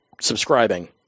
subscribing